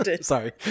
sorry